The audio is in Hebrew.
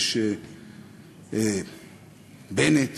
ושבנט